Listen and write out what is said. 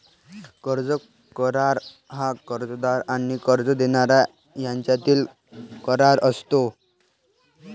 कर्ज करार हा कर्जदार आणि कर्ज देणारा यांच्यातील करार असतो